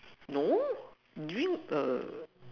no during a